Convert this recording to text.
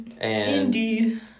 Indeed